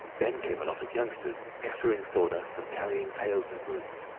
then came a lot of youngsters scattering sawdust and carrying pails and brooms.